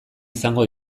izango